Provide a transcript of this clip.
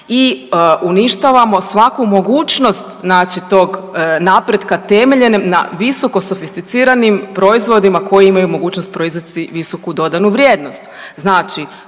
i uništavamo svaku mogućnost znači tog napretka temeljenog na visokosofisticiranim proizvodima koji imaju mogućnost proizvesti visoku dodanu vrijednost.